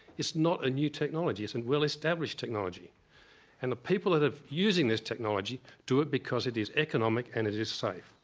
it's not a new technology, it's a and well-established technology and the people that are using this technology do it because it is economic and it is safe.